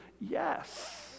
yes